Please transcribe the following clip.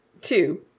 Two